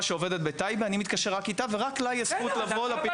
שעובדת בטייבה ורק לה יש זכות לבוא לפינוי החירום.